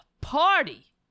party